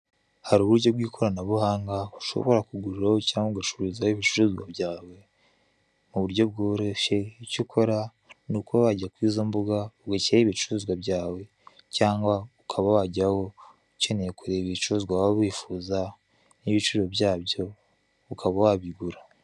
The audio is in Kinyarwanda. Hari uburyo bw'ikiranabuhanga ushobora kuguriraho cyangwa ugacururizaho ibicuruzwa byawe mu buryo bworoshye, icyo ukora ni ukuba wajya kuri izo mbuga, ugashyiraho ibicuruzwa byawe cyangwa ukaba wajyaho ukeneye kureba ibicuruzwa waba wifuza n'ibiciro byabyo, ukaba wabigura.